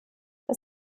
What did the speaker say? das